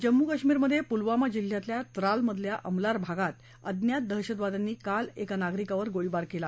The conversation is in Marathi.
जम्मू काश्मीरमधे पुलवामा जिल्ह्यातल्या त्रालमधील अमलार भागात अज्ञात दहशतवाद्यांनी काल एका नागरिकावर गोळीबार केला